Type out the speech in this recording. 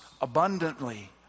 abundantly